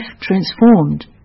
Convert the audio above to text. transformed